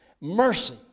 Mercy